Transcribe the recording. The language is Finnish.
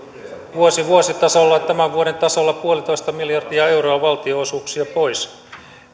vuositasolla tämän vuoden tasolla yksi pilkku viisi miljardia euroa valtionosuuksia pois